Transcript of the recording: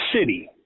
city